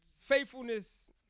faithfulness